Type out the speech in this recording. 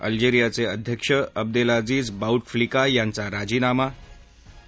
अल्जेरियाचे अध्यक्ष Abdelaziz Bouteflika यांचां राजीनामा आणि